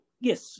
yes